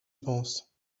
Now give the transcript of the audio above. penses